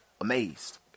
amazed